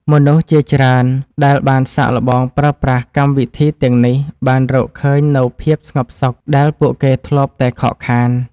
មនុស្សជាច្រើនដែលបានសាកល្បងប្រើប្រាស់កម្មវិធីទាំងនេះបានរកឃើញនូវភាពស្ងប់សុខដែលពួកគេធ្លាប់តែខកខាន។